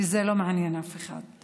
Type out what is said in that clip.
כי זה לא מעניין אף אחד,